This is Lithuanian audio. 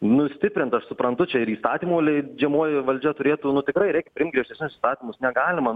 nu stiprint aš suprantu čia ir įstatymų leidžiamoji valdžia turėtų nu tikrai reik priimt griežtesnius įstatymus negalima